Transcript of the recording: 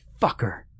Fucker